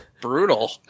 Brutal